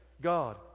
God